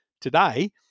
today